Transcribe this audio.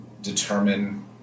determine